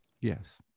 Yes